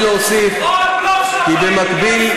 עוד בלוף של הפוליטיקה הישראלית.